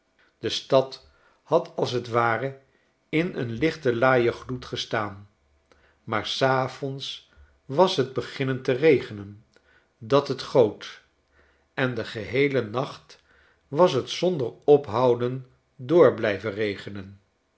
de stad had als t ware in een lichtelaaien gloed gestaan maar s avonds was het beginnen te regenen dat het goot en den geheelen nacht was t zonder ophouden door blijven regenen